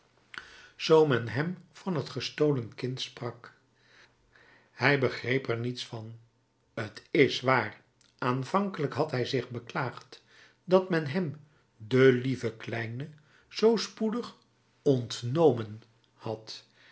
zoo men hem van het gestolen kind sprak hij begreep er niets van t is waar aanvankelijk had hij zich beklaagd dat men hem de lieve kleine zoo spoedig ontnomen had